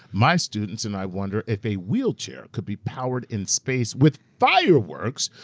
my students and i wonder if a wheelchair could be powered in space with fireworks,